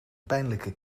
pijnlijke